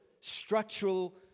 structural